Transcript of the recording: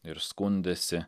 ir skundėsi